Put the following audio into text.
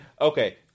Okay